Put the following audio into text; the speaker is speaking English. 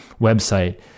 website